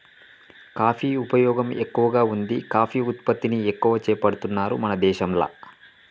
coffee ఉపయోగం ఎక్కువగా వుంది కాఫీ ఉత్పత్తిని ఎక్కువ చేపడుతున్నారు మన దేశంల